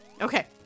Okay